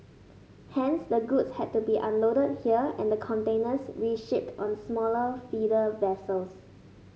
hence the goods had to be unloaded here and the containers reshipped on smaller feeder vessels